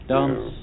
Dance